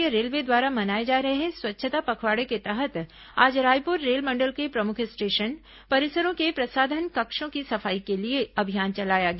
भारतीय रेलवे द्वारा मनाए जा रहे स्वच्छता पखवाड़े के तहत आज रायपुर रेलमंडल के प्रमुख स्टेशन परिसरों के प्रसाधन कक्षों की सफाई के लिए अभियान चलाया गया